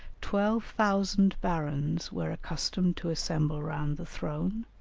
twelve thousand barons were accustomed to assemble round the throne,